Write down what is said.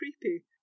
creepy